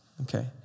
Okay